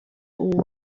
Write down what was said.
ubu